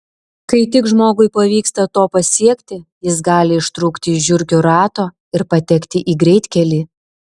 kai tik žmogui pavyksta to pasiekti jis gali ištrūkti iš žiurkių rato ir patekti į greitkelį